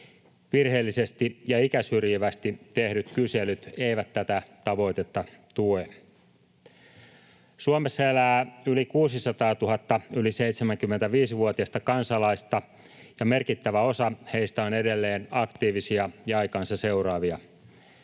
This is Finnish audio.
Virheellisesti ja ikäsyrjivästi tehdyt kyselyt eivät tätä tavoitetta tue. Suomessa elää yli 600 000 yli 75-vuotiasta kansalaista, ja merkittävä osa heistä on edelleen aktiivisia ja aikaansa seuraavia.